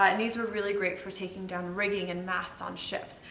ah and these were really great for taking down rigging and masts on ships.